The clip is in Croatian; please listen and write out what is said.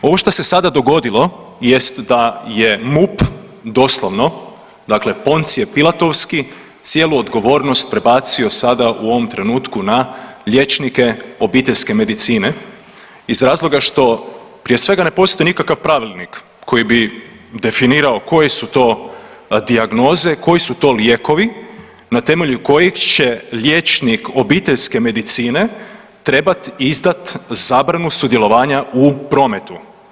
Ovo što se sada dogodilo jest da je MUP doslovno, znači Poncije pilatovski cijelu odgovornost prebacio sada u ovom trenutku na liječnike obiteljske medicine iz razloga što, prije svega, ne postoji nikakav pravilnik koji bi definirao koje su to dijagnoze, koji su to lijekovi na temelju kojeg će liječnik obiteljske medicine trebati izdati zabranu sudjelovanja u prometu.